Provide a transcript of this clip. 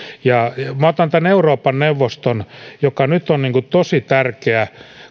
minä otan tässä tämän euroopan neuvoston joka nyt on tosi tärkeä